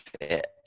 fit